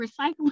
recycling